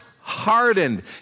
hardened